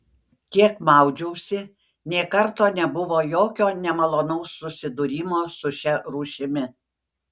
kiek maudžiausi nė karto nebuvo jokio nemalonaus susidūrimo su šia rūšimi